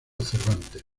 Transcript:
cervantes